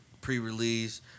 pre-release